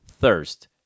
thirst